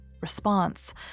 Response